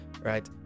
right